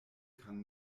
kann